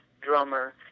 drummer